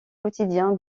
quotidien